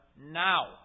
now